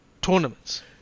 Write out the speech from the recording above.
tournaments